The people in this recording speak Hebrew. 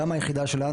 גם היחידה שלנו,